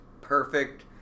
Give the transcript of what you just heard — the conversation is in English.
perfect